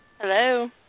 Hello